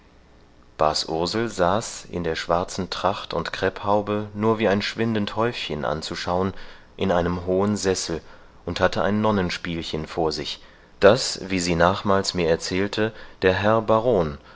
bas ursel saß in der schwarzen tracht und krepphaube nur wie ein schwindend häufchen anzuschauen in einem hohen sessel und hatte ein nonnenspielchen vor sich das wie sie nachmals mir erzählte der herr baron nach